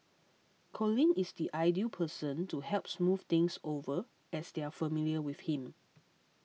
Colin is the ideal person to help smooth things over as they are familiar with him